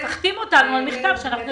תחתים אותנו על מכתב שאומר,